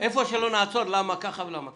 איפה שלא נעצור למה ככה ולמה ככה.